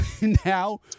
now